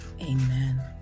Amen